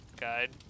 guide